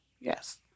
Yes